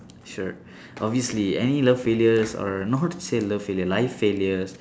sure obviously any love failures or not to say love failure life failures